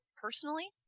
personally